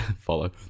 Follow